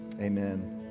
Amen